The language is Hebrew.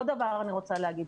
עוד דבר אני רוצה להגיד,